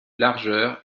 largeur